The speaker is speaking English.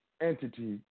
entity